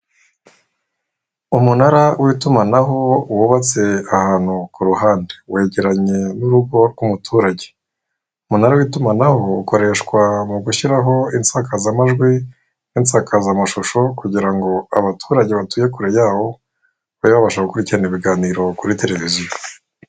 Umunara w'itumanaho wubatse ahantu kuruhande wegeranye n'urugo rw'umuturage, umunara w'itumanaho ukoreshwa mu gushyiraho insakazamajwi n'insakazamashusho kugira ngo abaturage batuye kure yawo babe babasha gukurikirana ibiganiro kuri televiziyo.